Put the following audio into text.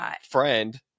friend